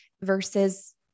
versus